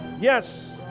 yes